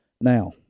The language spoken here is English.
Now